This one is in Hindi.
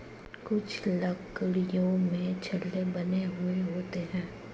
कुछ लकड़ियों में छल्ले बने हुए होते हैं